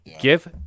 give